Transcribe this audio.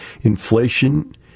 Inflation